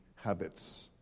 habits